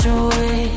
away